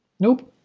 nope,